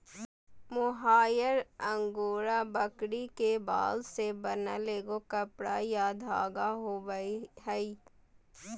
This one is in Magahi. मोहायर अंगोरा बकरी के बाल से बनल एगो कपड़ा या धागा होबैय हइ